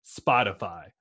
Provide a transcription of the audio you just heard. Spotify